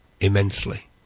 immensely